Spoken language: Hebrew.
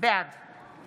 בעד